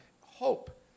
hope